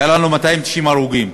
היו לנו 290 הרוגים,